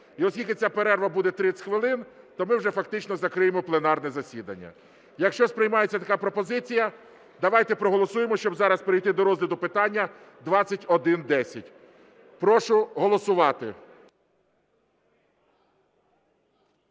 І оскільки ця перерва буде 30 хвилин, то ми вже фактично закриємо пленарне засідання. Якщо сприймається така пропозиція, давайте проголосуємо, щоб зараз перейти до розгляду питання 2110. Прошу голосувати.